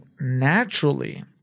naturally